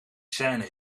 scene